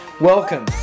Welcome